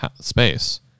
space